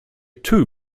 two